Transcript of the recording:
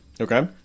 okay